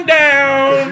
down